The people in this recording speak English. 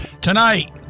Tonight